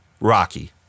Rocky